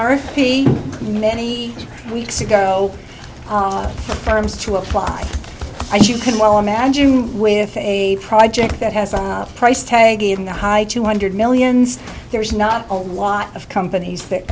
b many weeks ago firms to apply and you can well imagine with a project that has a price tag in the high two hundred millions there is not a lot of companies that